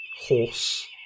Horse